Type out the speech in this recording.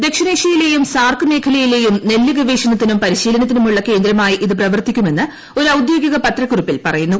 ദക്ഷിണേഷൃയിലെയും സാർക്ക് മേഖലയിലെയും നെല്ല് ഗവേഷണത്തിനും പരിശീലനത്തിനുമുള്ള കേന്ദ്രമായി ഇത് പ്രവർത്തിക്കുമെന്ന് ഒരു ഔദ്യോഗിക പത്രക്കുറിപ്പിൽ പറയുന്നു